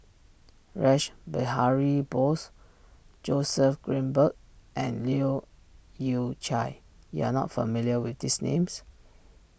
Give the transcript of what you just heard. Rash Behari Bose Joseph Grimberg and Leu Yew Chye you are not familiar with these names